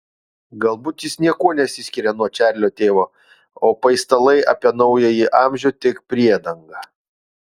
galbūt jis niekuo nesiskiria nuo čarlio tėvo o paistalai apie naująjį amžių tik priedanga